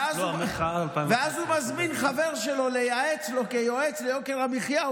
ואז הוא מזמין חבר שלו לייעץ לו כיועץ ליוקר המחיה.